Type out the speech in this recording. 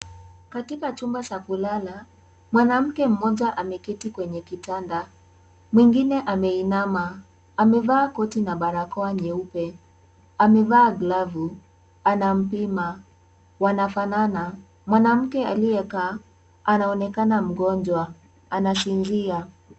Katika chumba cha kulala, mwanamke mmoja ameketi kwenye kitanda mwingine ameinama. Amevaa koti na barakoa nyeupe, amevaa glavu, anampima, wanafanana. Mwanamke aliyekaa anaonekana mgonjwa. Anasinzia.